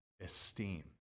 esteem